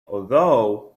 although